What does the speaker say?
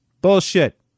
Bullshit